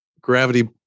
Gravity